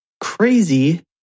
crazy